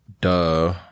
duh